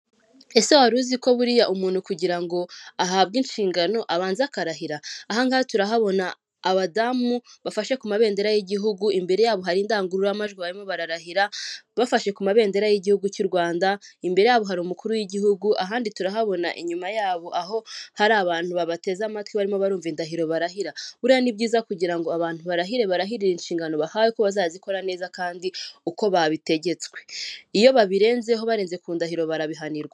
Ese wari uziko buriya umuntu kugira ngo ahabwe inshingano abanze akarahira ahangaha turahabona abadamu bafashe ku mabedera y'igihugu imbere yabo hari indangururamajwi barimo bararahira bafashe ku mabendera y'igihugu cy'URWANDA imbere yabo hari umukuru w'igihugu ahandi turahabona inyuma yabo aho hari abantu babateze amatwi barimo barumva indahiro barahira buriya ni byiza kugira ngo abantu barahire barahirire inshingano bahawe ko bazazikora neza kandi uko babitegetswe iyo babirenzeho barenze ku ndahiro barabihanirwa